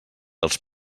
els